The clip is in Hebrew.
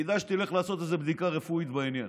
כדאי שתלך לעשות בדיקה רפואית בעניין.